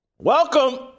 Welcome